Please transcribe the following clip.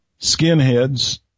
skinheads